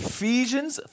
Ephesians